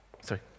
Sorry